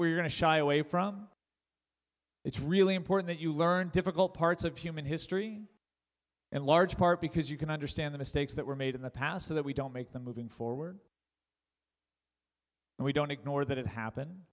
we're going to shy away from it's really important that you learn difficult parts of human history and large part because you can understand the mistakes that were made in the past so that we don't make them moving forward and we don't ignore that it happened